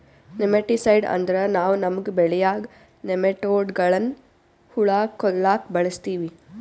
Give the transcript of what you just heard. nematicide ಅಂದ್ರ ನಾವ್ ನಮ್ಮ್ ಬೆಳ್ಯಾಗ್ ನೆಮಟೋಡ್ಗಳ್ನ್ ಹುಳಾ ಕೊಲ್ಲಾಕ್ ಬಳಸ್ತೀವಿ